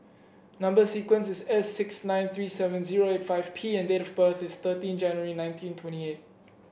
number sequence is S six nine three seven zero eight five P and date of birth is thirteen January nineteen twenty eight